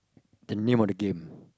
the name of the game